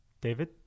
David